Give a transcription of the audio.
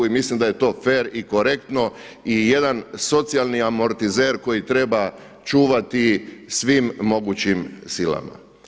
I mislim da je to fer i korektno i jedan socijalni amortizer koji treba čuvati svim mogućim silama.